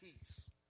peace